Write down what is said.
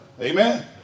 Amen